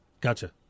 Gotcha